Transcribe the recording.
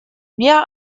mehr